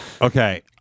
Okay